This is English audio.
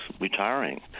retiring